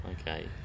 Okay